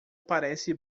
parece